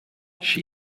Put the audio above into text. she